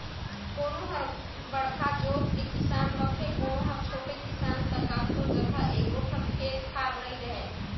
कोनो हर बड़का जोत के किसान रथे, कोनो हर छोटे किसान त कखरो जघा एको ठन खेत खार नइ रहय